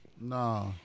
Nah